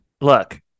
Look